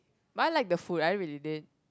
but I like the food I really did